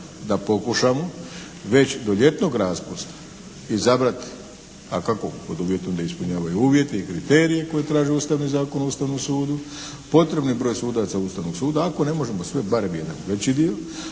da pokušamo već do ljetnog raspusta izabrati dakako pod uvjetom da ispunjavaju uvjete i kriterije koji traži Ustavni zakon o Ustavnom sudu, potrebni broj sudaca Ustavnog suda. Ako ne možemo sve barem jedan veći dio,